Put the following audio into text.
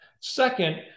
Second